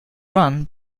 run